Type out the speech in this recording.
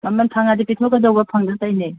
ꯃꯃꯟ ꯐꯪꯉꯗꯤ ꯄꯤꯊꯣꯛꯀꯗꯧꯕ ꯐꯪꯗ ꯇꯧꯔꯤꯅꯦ